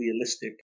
realistic